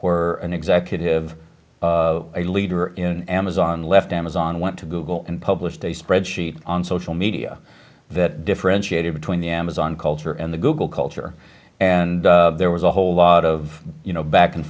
or an executive a leader in amazon left amazon went to google and published a spreadsheet on social media that differentiated between the amazon culture and the google culture and there was a whole lot of you know back and